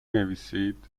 نویسید